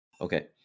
Okay